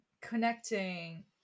connecting